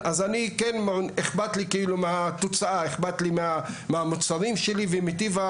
אז אכפת לי מהתוצאה, אכפה לי מהמוצרים שלי ומטיבם.